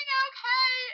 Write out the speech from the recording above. okay